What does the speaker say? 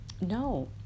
No